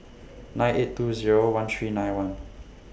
nine eight two Zero one three nine one